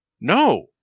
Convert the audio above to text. No